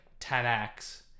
10x